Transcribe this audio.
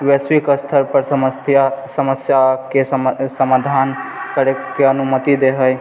वैश्विक स्तरपर समस्याके समाधानके करैके अनुमति दै हइ